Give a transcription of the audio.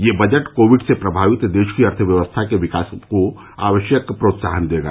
यह budget Covid से प्रभावित देश की अर्थव्यवस्था के विकास में आवश्यक प्रोत्साहन देगा